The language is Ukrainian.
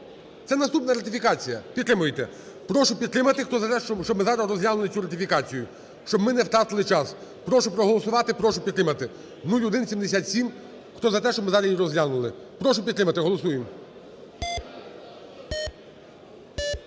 Це наступна ратифікація. Підтримуєте. Прошу підтримати. Хто за те, щоб ми зараз розглянути цю ратифікацію. Щоб ми не втратили час. Прошу проголосувати. Прошу підтримати. 0177. Хто за те, щоб ми зараз її розглянули. Прошу підтримати. Голосуємо.